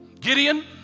Gideon